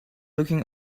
looking